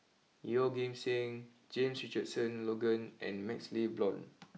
Yeoh Ghim Seng James Richardson Logan and MaxLe Blond